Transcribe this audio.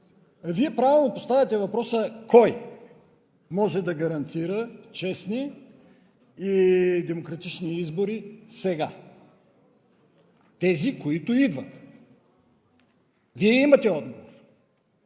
Вие правилно поставяте въпроса: кой може да гарантира честни и демократични избори сега? Тези, които идват. Вие имате отговор.